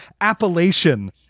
appellation